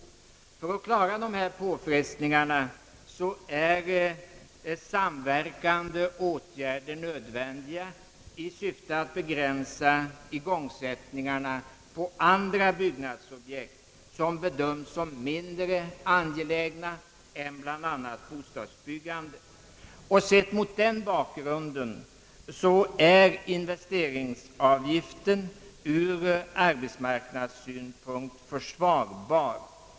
För att klara dessa påfrestningar är samverkande åtgärder nödvändiga med syfte att begränsa igångsättningarna av andra byggnadsobjekt vilka bedöms som mindre ange lägna än bl.a. bostadsbyggandet. Mot denna bakgrund är investeringsavgiften från arbetsmarknadssynpunkt försvarbar.